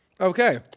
Okay